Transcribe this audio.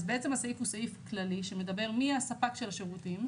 אז בעצם הסעיף הוא סעיף כללי שמדבר מי הספק של השירותים,